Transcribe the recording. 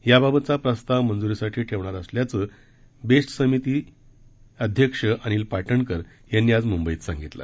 याबाबतचा प्रस्ताव मंजुरीसाठी ठेवणार असल्याचे बेस्ट समिती अध्यक्ष अनिल पाटणकर यांनी आज मुंबईत सांगितलं